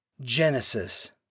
Genesis